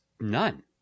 none